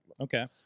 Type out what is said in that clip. Okay